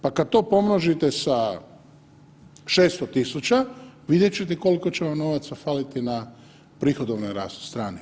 Pa kad to pomnožite sa 600.000 vidjet ćete koliko će vam novaca faliti na prihodovnoj strani.